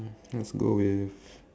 let's go with